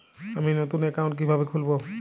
আমি নতুন অ্যাকাউন্ট কিভাবে খুলব?